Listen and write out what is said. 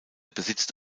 besitzt